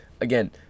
again